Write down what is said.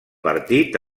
partit